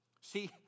See